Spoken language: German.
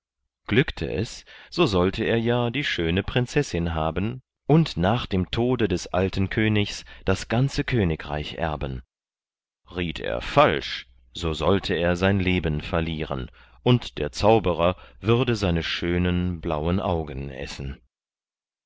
glückte es so sollte er ja die schöne prinzessin haben und nach dem tode des alten königs das ganze königreich erben riet er falsch so sollte er sein leben verlieren und der zauberer würde seine schönen blauen augen essen